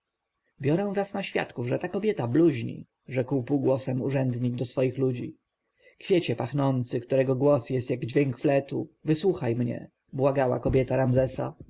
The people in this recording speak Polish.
biorę was na świadków że ta kobieta bluźni rzekł półgłosem urzędnik do swoich ludzi kwiecie pachnący którego głos jest jak dźwięk fletu wysłuchaj mnie błagała kobieta ramzesa